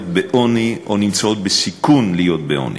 בעוני או נמצאות בסיכון להיות בעוני.